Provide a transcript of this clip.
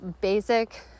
basic